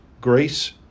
Greece